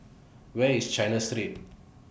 Where IS China Street